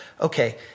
okay